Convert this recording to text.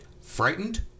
frightened